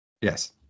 Yes